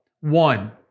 One